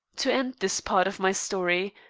to end this part of my story,